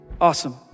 Awesome